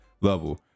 level